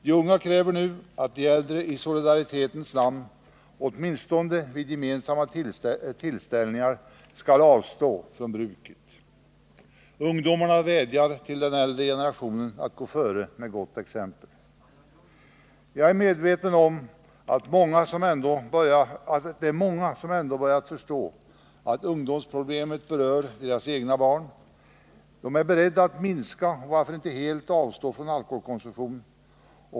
De unga kräver nu att de äldre i solidaritetens namn åtminstone vid gemensamma tillställningar skall avstå från bruket. Ungdomarna vädjar till den äldre generationen att gå före med gott exempel. Jag är medveten om att det är många som ändå börjat förstå att ungdomsproblemet berör deras egna barn och är beredda att minska eller — varför inte? — helt avstå från alkoholkonsumtion.